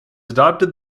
adopted